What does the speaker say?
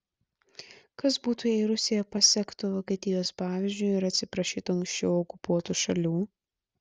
kas būtų jei rusija pasektų vokietijos pavyzdžiu ir atsiprašytų anksčiau okupuotų šalių